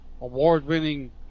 award-winning